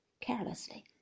carelessly